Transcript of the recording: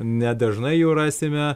nedažnai jų rasime